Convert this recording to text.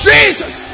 Jesus